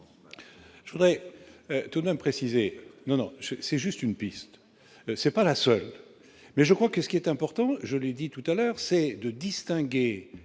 Je voudrais tout de même précisé non c'est juste une piste, c'est pas la seule, mais je crois que ce qui est important, je l'ai dit tout à l'heure, c'est de distinguer